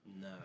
No